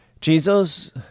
Jesus